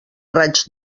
raig